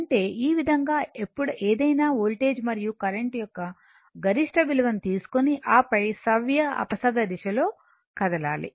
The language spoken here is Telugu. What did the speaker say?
అంటే ఈ విధంగా ఏదైనా వోల్టేజ్ మరియు కరెంట్ యొక్క గరిష్ట విలువను తీసుకుని ఆపై సవ్య అపసవ్యదిశ లో కదలాలి